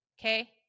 Okay